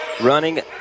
Running